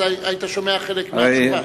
אז היית שומע חלק מהתשובה.